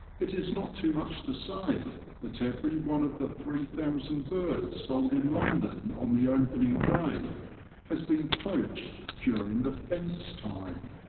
it is not too much to say that every one of the three thousand birds sold in london on the opening day has been poached during the fence time.